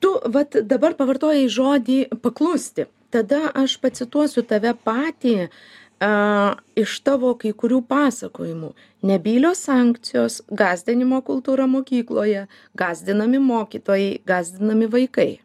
tu vat dabar pavartojai žodį paklusti tada aš pacituosiu tave patį a iš tavo kai kurių pasakojimų nebylios sankcijos gąsdinimo kultūra mokykloje gąsdinami mokytojai gąsdinami vaikai